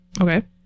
Okay